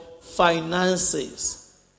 finances